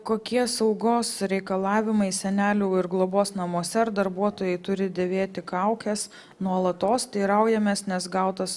kokie saugos reikalavimai senelių globos namuose ar darbuotojai turi dėvėti kaukes nuolatos teiraujamės nes gautas